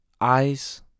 eyes